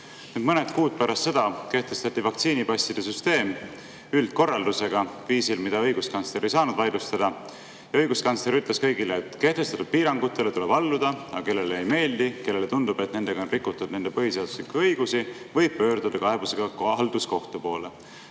Mõned kuud pärast seda kehtestati vaktsiinipasside süsteem üldkorraldusega, viisil, mida õiguskantsler ei saanud vaidlustada. Ja õiguskantsler ütles kõigile, et kehtestatud piirangutele tuleb alluda, aga kellele ei meeldi, kellele tundub, et nendega on rikutud nende põhiseaduslikke õigusi, võib pöörduda kaebusega halduskohtu poole.